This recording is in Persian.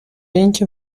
اینکه